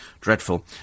Dreadful